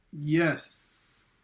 Yes